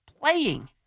playing